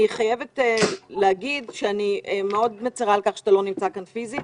אני חייבת להגיד שאני מצרה מאוד על כך שאתה לא נמצא כאן פיזית.